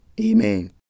Amen